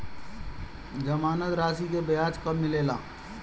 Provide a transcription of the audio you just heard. जमानद राशी के ब्याज कब मिले ला?